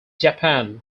japan